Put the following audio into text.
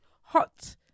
hot